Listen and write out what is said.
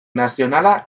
nazionala